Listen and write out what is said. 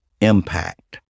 impact